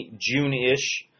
June-ish